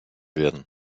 werden